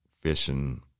fishing